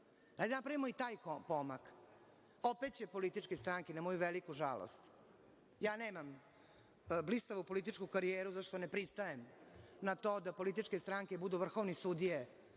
da napravimo i taj pomak, opet će političke stranke na moju veliku žalost, ja nemam blistavu političku karijeru, zato što ne pristajem na to da političke stranke budu vrhovne sudije